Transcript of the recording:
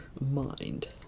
mind